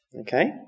Okay